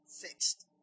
fixed